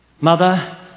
mother